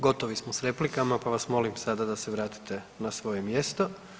Gotovi smo sa replikama, pa vas molim sada da se vratite na svoje mjesto.